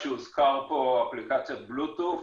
שהוזכרה אפליקציית Bluetooth,